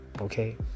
okay